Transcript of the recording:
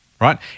right